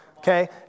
Okay